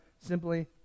simply